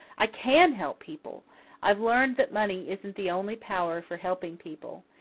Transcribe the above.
i can help people i've learned that money isn't the only power for helping people.